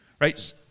right